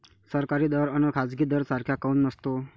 सरकारी दर अन खाजगी दर सारखा काऊन नसतो?